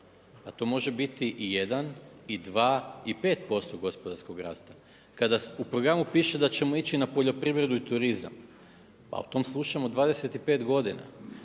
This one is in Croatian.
a to može biti i jedan, i dva i pet posto gospodarskog rasta. Kada u programu piše da ćemo ići na poljoprivredu i turizam, a o tom slušamo 25 godina.